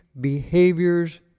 behaviors